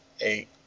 eight